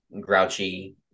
grouchy